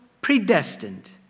predestined